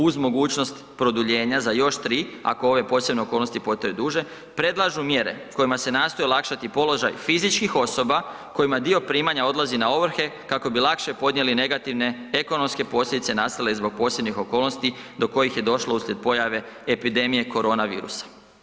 Uz mogućnost produljenja za još 3, ako ove posebne okolnosti potraju duže, predlažu mjere kojima se nastoji olakšati položaj fizičkih osoba kojima dio primanja odlazi na ovrhe kako bi lakše podnijeli negativne ekonomske posljedice nastale zbog posebnih okolnosti do kojih je došlo uslijed pojave epidemije korona virusa.